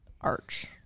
arch